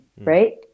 right